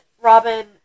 Robin